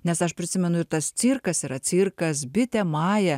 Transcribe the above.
nes aš prisimenu ir tas cirkas yra cirkas bitė maja